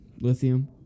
lithium